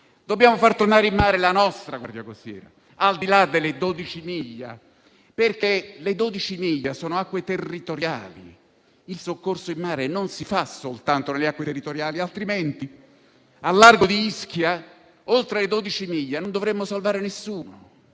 Dobbiamo far tornare in mare la nostra Guardia costiera, al di là delle 12 miglia. Le 12 miglia infatti sono acque territoriali e il soccorso in mare non si fa soltanto nelle acque territoriali, altrimenti, al largo di Ischia, oltre le 12 miglia non dovremmo salvare nessuno.